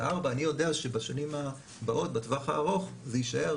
אני יודע שבשנים הבאות בטווח הארוך זה יישאר